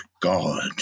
God